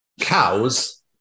Cows